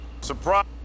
Surprise